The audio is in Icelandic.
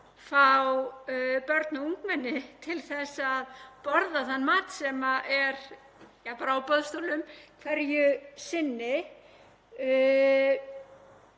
fá börn og ungmenni til að borða þann mat sem er á boðstólum hverju sinni.